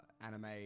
anime